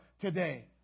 today